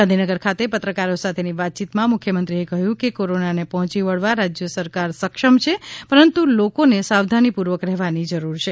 ગાંધીનગર ખાતે પત્રકારો સાથેની વાતયીતમા મુખ્યમંત્રીએ કહ્યું છે કે કોરોનાને પહોંચી વળવા રાજ્ય સરકાર સક્ષમ છે પરંતુ લોકોને સાવધાનીપૂર્વક રહેવાની જરૂર છે